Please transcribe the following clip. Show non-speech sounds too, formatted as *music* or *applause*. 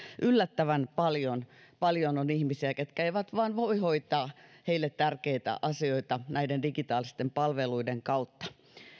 yllättävän paljon *unintelligible* *unintelligible* paljon on ihmisiä jotka eivät vain voi hoitaa heille tärkeitä asioita näiden digitaalisten palveluiden kautta